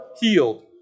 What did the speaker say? healed